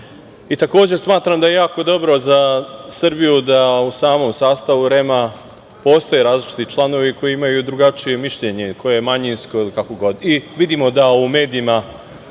smatram da je jako dobro za Srbiju da u samom sastavu REM-a postoje različiti članovi koji imaju drugačije mišljenje, koje je manjinsko ili kako god.